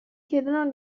chiedono